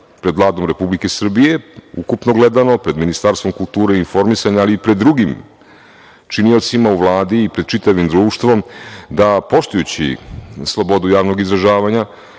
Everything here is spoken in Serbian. pred Vladom Republike Srbije ukupno gledano, pred Ministarstvom kulture i informisanja, ali i pred drugim činiocima u Vladi i pred čitavim društvom, da poštujući slobodu javnog izražavanja,